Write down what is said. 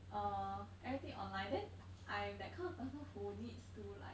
uh everything online then I am that kind of person who needs to like